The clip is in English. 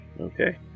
Okay